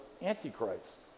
antichrist